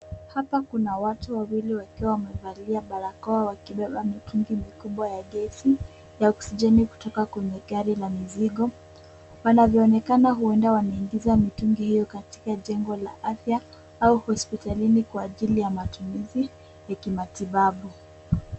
Hapa kuna watu wawili wakiwa wamevalia barakoa wakibeba mitungi mikubwa ya gesi ya oksijeni kutoka kwenye gari la mizigo. Panavyoonekana huenda wameingiza mitungi hiyo katika jengo la afya au hospitalini kwa ajili ya matumizi ya kimatibabu.